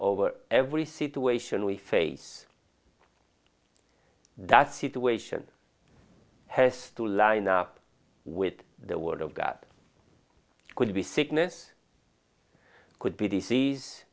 over every situation we face that situation has to line up with the word of god could be sickness could be d